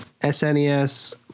SNES